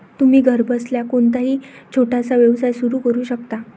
तुम्ही घरबसल्या कोणताही छोटासा व्यवसाय सुरू करू शकता